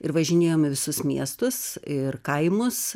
ir važinėjom į visus miestus ir kaimus